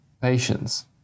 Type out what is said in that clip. patience